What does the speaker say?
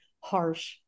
harsh